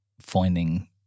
finding